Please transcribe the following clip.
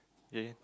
okay